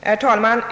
Herr talman!